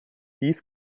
dies